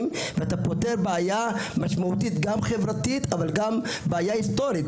ואתה פותר בעיה משמעותית גם חברתית אבל גם בעיה היסטורית.